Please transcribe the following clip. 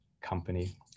company